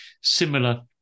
similar